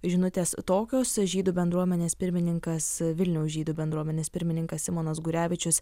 žinutes tokios žydų bendruomenės pirmininkas vilniaus žydų bendruomenės pirmininkas simonas gurevičius